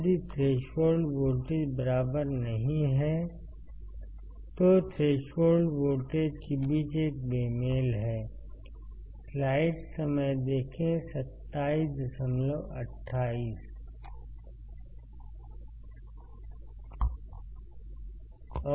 यदि threshold voltage बराबर नहीं है तो थ्रेशोल्ड वोल्टेज के बीच एक बेमेल है